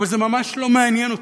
וזה ממש לא מעניין אותי,